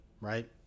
right